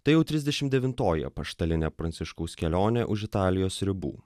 tai jau trisdešim devintoji apaštalinę pranciškaus kelionė už italijos ribų